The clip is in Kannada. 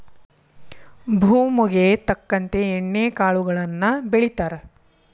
ಭೂಮುಗೆ ತಕ್ಕಂತೆ ಎಣ್ಣಿ ಕಾಳುಗಳನ್ನಾ ಬೆಳಿತಾರ